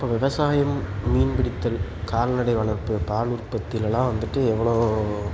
இப்போ விவசாயம் மீன் பிடித்தல் கால்நடை வளர்ப்பு பால் உற்பத்திலலாம் வந்துவிட்டு எவ்வளோ